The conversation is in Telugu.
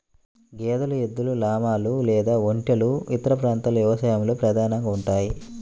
గేదెలు, ఎద్దులు, లామాలు లేదా ఒంటెలు ఇతర ప్రాంతాల వ్యవసాయంలో ప్రధానంగా ఉంటాయి